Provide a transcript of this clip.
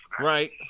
Right